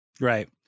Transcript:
Right